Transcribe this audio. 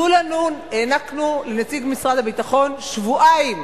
הענקנו לנציג משרד הביטחון שבועיים